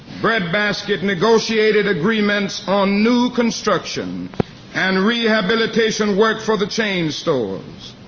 breadbasket negotiated agreements on new construction and rehabilitation work for the chain stores.